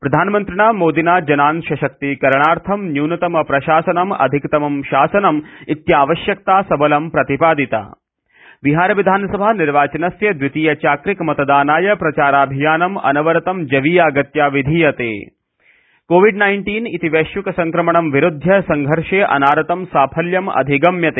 प्रधानमन्त्रिणा मोदिना जनान् सशक्तीकरणार्थं न्यूनतम प्रशासनम् अधिकतमं शासनमु इत्यावश्यकता सबलं प्रतिपादिता बिहारविधानसभानिर्वाचनस्य द्वितीयचाक्रिकमतदानाय प्रचाराभियानम् अनवरतं जवीयागत्या विधीयते कोविड नाइन्टीन् इति वैश्विक सङ्क्रमणं विरुध्य सङ्घर्षे अनारतं साफल्यं अधिगम्यते